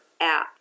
app